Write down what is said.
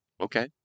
Okay